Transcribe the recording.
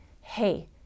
Hey